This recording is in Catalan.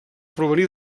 provenir